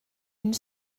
une